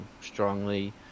strongly